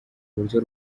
buryo